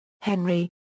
Henry